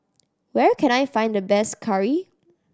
where can I find the best curry